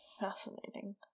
Fascinating